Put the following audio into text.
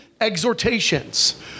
exhortations